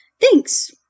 Thanks